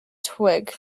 twig